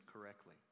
correctly